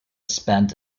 spent